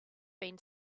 been